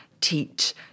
teach